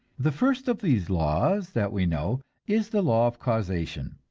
the first of these laws that we know is the law of causation.